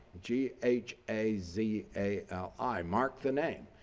g h a z a l i, mark the name.